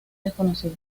desconocida